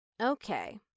Okay